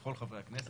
לכל חברי הכנסת,